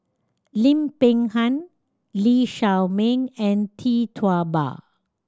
Lim Peng Han Lee Shao Meng and Tee Tua Ba